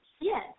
Yes